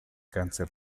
cáncer